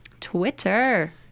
Twitter